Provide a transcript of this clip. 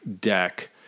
deck